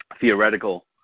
theoretical